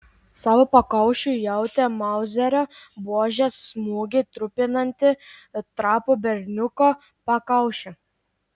savo pakaušiu jautė mauzerio buožės smūgį trupinantį trapų berniuko pakaušį